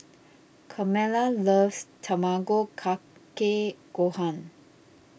Carmela loves Tamago Kake Gohan